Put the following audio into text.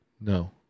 No